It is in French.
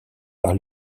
par